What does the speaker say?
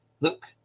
Look